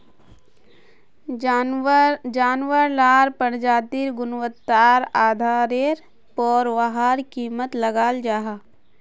जानवार लार प्रजातिर गुन्वात्तार आधारेर पोर वहार कीमत लगाल जाहा